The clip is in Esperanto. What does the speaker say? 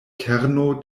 kerno